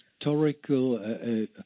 historical